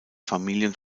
familien